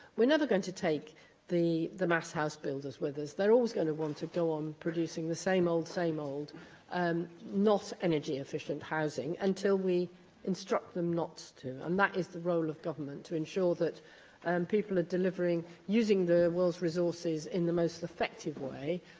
we're going to take the the mass house builders with us. they're always going to want to go on producing the same old, same old um not-energy-efficient housing until we instruct them not to, and that is the role of government to ensure that and people are delivering using the world's resources in the most effective way.